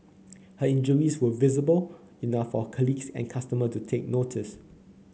her injuries were visible enough for her colleagues and customer to take notice